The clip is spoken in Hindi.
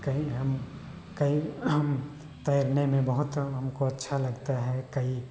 कई हम कई हम तैरने में बहुत हमको अच्छा लगता है कई